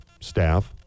staff